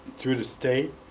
through the state.